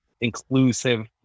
inclusive